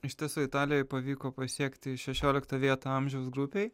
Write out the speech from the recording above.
iš tiesų italijoj pavyko pasiekti šešioliktą vietą amžiaus grupėj